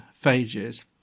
phages